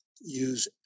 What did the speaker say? use